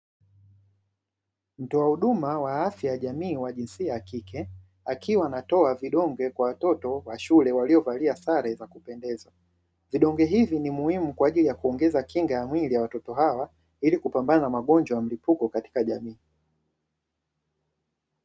Mtoa huduma wa afya ya jamii wa jinsia ya kike akiwa anatoa vidonge kwa watoto wa shule waliovalia sare za kupendeza. Vidonge hivyo ni muhimu kwa ajili ya kuongeza kinga ya mwili ya watoto hawa ili kupambana na magonjwa ya mlipuko katika jamii.